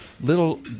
little